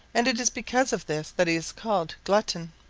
and it is because of this that he is called glutton.